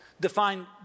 define